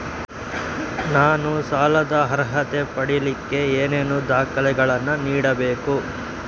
ನಾನು ಸಾಲದ ಅರ್ಹತೆ ಪಡಿಲಿಕ್ಕೆ ಏನೇನು ದಾಖಲೆಗಳನ್ನ ನೇಡಬೇಕು?